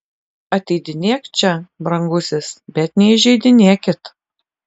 ateidinėk čia brangusis bet neįžeidinėkit